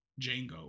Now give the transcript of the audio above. Django